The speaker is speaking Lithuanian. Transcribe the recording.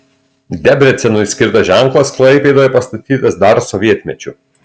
debrecenui skirtas ženklas klaipėdoje pastatytas dar sovietmečiu